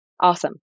Awesome